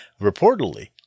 Reportedly